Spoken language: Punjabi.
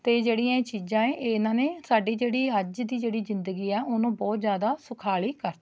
ਅਤੇ ਜਿਹੜੀਆਂ ਇਹ ਚੀਜ਼ਾਂ ਏ ਇਹਨਾਂ ਨੇ ਸਾਡੀ ਜਿਹੜੀ ਅੱਜ ਦੀ ਜਿਹੜੀ ਜ਼ਿੰਦਗੀ ਆ ਉਹਨੂੰ ਬਹੁਤ ਜ਼ਿਆਦਾ ਸੌਖਾਲੀ ਕਰਤਾ